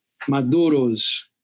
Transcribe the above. maduros